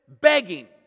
begging